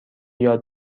یاد